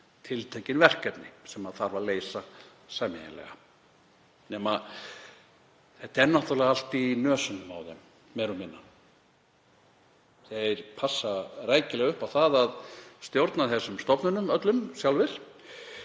tiltekin verkefni sem þarf að leysa sameiginlega. Nema þetta er náttúrlega allt í nösunum á þeim meira og minna. Þeir passa rækilega upp á það að stjórna þessum stofnunum öllum sjálfir.